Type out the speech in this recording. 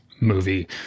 movie